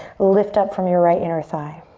lift up from your right inner thigh.